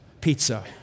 pizza